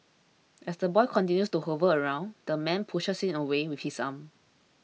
as the boy continues to hover around the man pushes him away with his arm